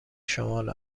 شمال